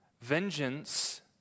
Vengeance